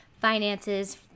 finances